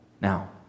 Now